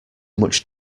much